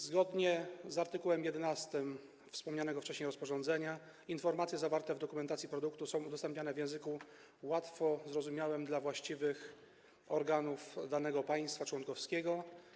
Zgodnie z art. 11 wspomnianego wcześniej rozporządzenia informacje zawarte w dokumentacji produktu są udostępniane w języku łatwo zrozumiałym dla właściwych organów danego państwa członkowskiego.